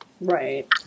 Right